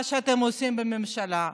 מה שאתם עושים בממשלה?